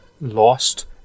lost